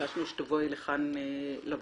ביקשנו שתבואי לוועדה.